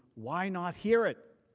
why not hear it?